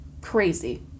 crazy